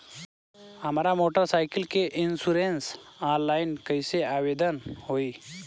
हमार motor cycle के insurance online कईसे आवेदन होई?